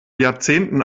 jahrzehnten